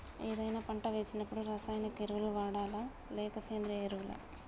ఏదైనా పంట వేసినప్పుడు రసాయనిక ఎరువులు వాడాలా? లేక సేంద్రీయ ఎరవులా?